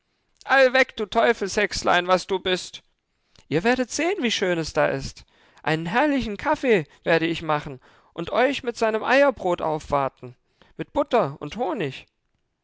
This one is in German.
allweg du teufelshexlein was du bist ihr werdet sehen wie schön es da ist einen herrlichen kaffee werde ich machen und euch mit seinem eierbrot aufwarten mit butter und honig